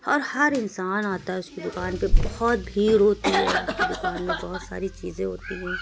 اور ہر انسان آتا ہے اس کی دکان پہ بہت بھیڑ ہوتی ہے ان کی دکان میں بہت ساری چیزیں ہوتی ہیں